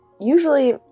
usually